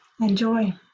Enjoy